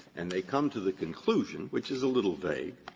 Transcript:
and they come to the conclusion, which is a little vague,